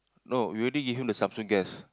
no we already give him the Samsung guest